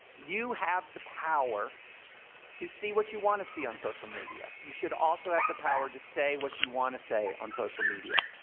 you have the power to see what you want to see on social media. you should also have the power to say what you want to say on social media,